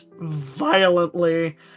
violently